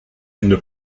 une